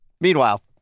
Meanwhile